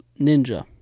ninja